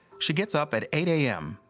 she gets up at eight am,